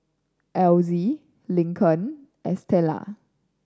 Elzy Lincoln Estela